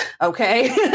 Okay